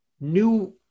new